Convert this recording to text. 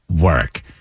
work